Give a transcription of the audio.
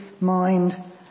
mind